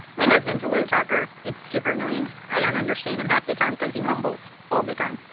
my husband's a low talker. it's super annoying, i don't understand him half the time cause he mumbles all the time.